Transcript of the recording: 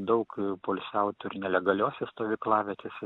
daug poilsiautojų ir nelegaliose stovyklavietėse